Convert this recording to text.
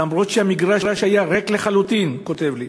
למרות שהמגרש היה ריק לחלוטין, הוא כותב לי.